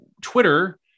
Twitter